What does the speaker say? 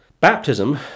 Baptism